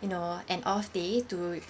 you know an off day to